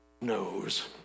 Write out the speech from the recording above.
knows